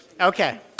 Okay